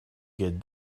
get